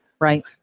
Right